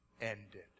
ended